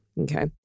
Okay